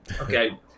Okay